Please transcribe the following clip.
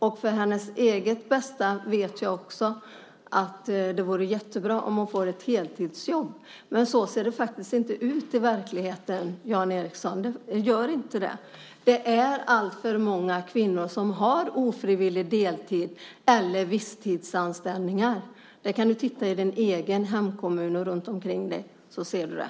Jag vet också att det för hennes eget bästa vore jättebra om hon kunde få ett heltidsjobb. Men så ser det inte ut i verkligheten, Jan Ericson! Alltför många kvinnor har ofrivillig deltids eller visstidsanställning. Det är bara att du ser dig om i din hemkommun och runtomkring dig. Då ser du det.